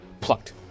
Plucked